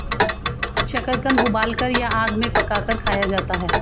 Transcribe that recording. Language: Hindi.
शकरकंद उबालकर या आग में पकाकर खाया जाता है